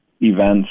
events